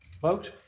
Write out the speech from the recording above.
Folks